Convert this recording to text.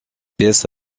pièce